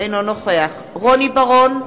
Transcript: אינו נוכח רוני בר-און,